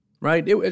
right